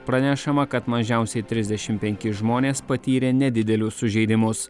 pranešama kad mažiausiai trisdešim penki žmonės patyrė nedidelius sužeidimus